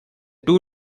two